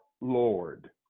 Lord